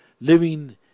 living